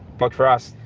but for us,